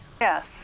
Yes